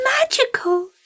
magical